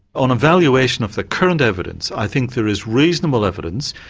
on evaluation of the current evidence, i think there is reasonable evidence,